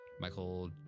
michael